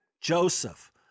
Joseph